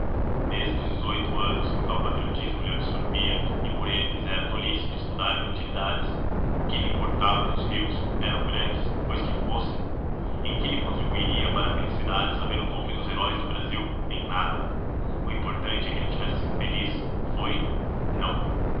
desde dezoito anos que o tal patriotismo lhe absorvia e por ele fizera a tolice de estudar inutilidades que lhe importavam os rios eram grandes pois que fossem em que lhe contribuiria para a felicidade saber o nome dos heróis do brasil em nada o importante é que ele tivesse sido feliz foi não